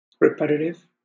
repetitive